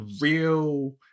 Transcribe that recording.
real